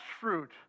fruit